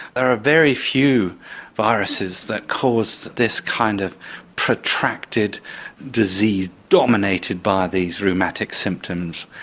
are a very few viruses that cause this kind of protracted disease dominated by these rheumatic symptoms.